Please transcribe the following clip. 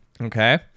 Okay